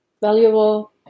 valuable